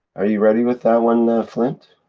are you ready with that one, flint?